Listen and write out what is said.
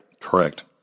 Correct